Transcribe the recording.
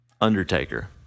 Undertaker